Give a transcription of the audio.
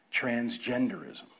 Transgenderism